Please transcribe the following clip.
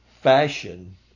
fashion